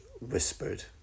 whispered